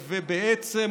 בעצם,